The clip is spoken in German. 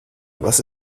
was